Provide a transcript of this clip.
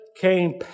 came